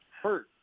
hurt